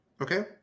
Okay